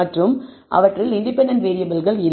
மற்றும் அவற்றில் இண்டிபெண்டன்ட் வேறியபிள்கள் இல்லை